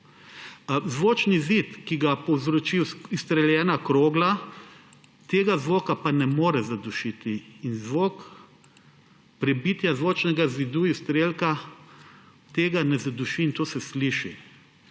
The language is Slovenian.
Zvočni zid, ki ga povzroči izstreljena krogla, tega zvoka pa ne more zadušiti. Prebitja zvočnega zidu izstrelka ne zaduši, in to se sliši.